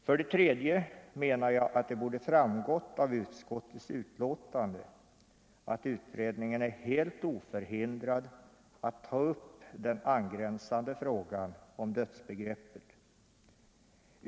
För det tredje menar jag att det borde ha framgått av utskottets betänkande att utredningen är helt oförhindrad att ta upp den angränsande frågan om dödsbegreppet.